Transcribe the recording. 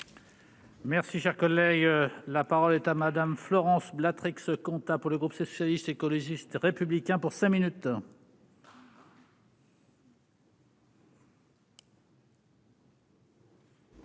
Merci, cher collègue, la parole est à madame. Florence Blain se comptant pour le groupe socialiste, écologiste et républicain pour 5 minutes.